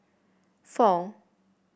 four